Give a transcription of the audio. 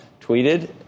tweeted